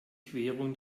querung